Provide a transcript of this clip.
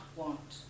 want